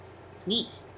Sweet